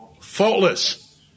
faultless